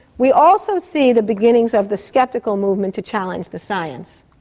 we also see the beginnings of the sceptical movement to challenge the science.